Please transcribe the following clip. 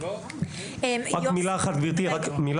אחת.